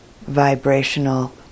vibrational